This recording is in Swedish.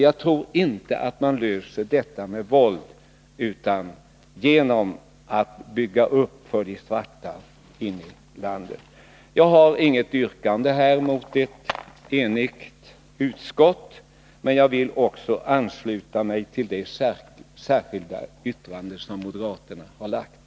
Jag tror inte att man löser detta problem med våld utan genom att bygga upp bättre villkor för de svarta i landet. Jag har inget yrkande mot ett enigt utskott, men jag vill ansluta mig till det särskilda yttrande som moderaterna har avgivit.